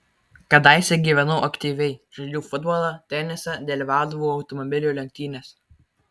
kadaise gyvenau aktyviai žaidžiau futbolą tenisą dalyvaudavau automobilių lenktynėse